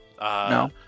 No